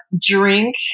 drink